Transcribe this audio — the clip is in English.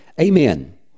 Amen